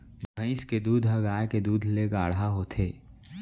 भईंस के दूद ह गाय के दूद ले गाढ़ा होथे